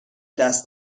دست